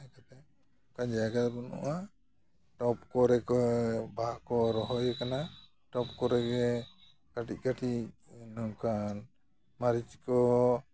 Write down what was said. ᱚᱱᱠᱟᱱ ᱡᱟᱭᱜᱟ ᱫᱚ ᱵᱟᱹᱱᱩᱜᱼᱟ ᱴᱚᱵ ᱠᱚᱨᱮ ᱠᱚ ᱵᱟᱦᱟ ᱠᱚ ᱨᱚᱦᱚᱭ ᱠᱟᱱᱟ ᱴᱚᱵ ᱠᱚᱨᱮᱜᱮ ᱠᱟᱹᱴᱤᱡ ᱠᱟᱹᱴᱤᱡ ᱱᱚᱝᱠᱟᱱ ᱢᱟᱹᱨᱤᱪ ᱠᱚ